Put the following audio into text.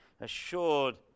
assured